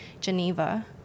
Geneva